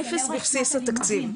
אפס בבסיס התקציב,